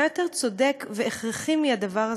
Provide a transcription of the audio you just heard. מה יותר צודק והכרחי מהדבר הזה?